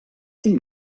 ell